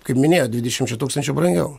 kaip minėjo dvidešimčia tūkstančių brangiau